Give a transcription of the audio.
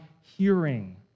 hearing